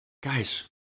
Guys